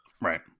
Right